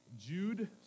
Jude